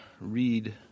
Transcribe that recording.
read